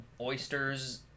oysters